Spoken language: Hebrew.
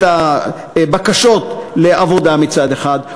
את הבקשות לעבודה מצד אחד,